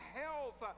health